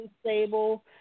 stable